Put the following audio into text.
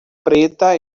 preta